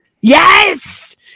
Yes